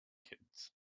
kids